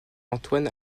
antoine